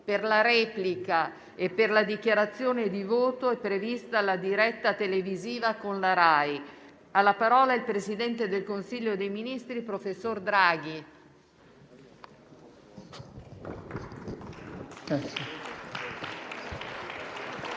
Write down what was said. per la replica e per le dichiarazioni di voto è prevista la diretta televisiva con la Rai. Ha facoltà di parlare il presidente del Consiglio dei ministri, professor Draghi.